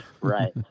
Right